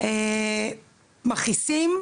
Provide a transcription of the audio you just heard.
שהם מכעיסים,